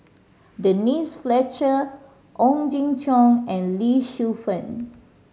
Denise Fletcher Ong Jin Chong and Lee Shu Fen